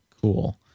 cool